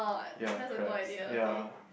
ya crabs ya